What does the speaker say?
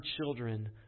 children